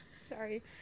Sorry